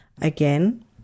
again